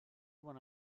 one